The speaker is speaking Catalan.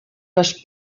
les